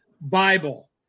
Bible